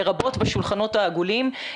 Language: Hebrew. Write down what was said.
לרבות בשולחנות העגולים.